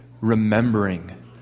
remembering